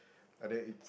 but then it's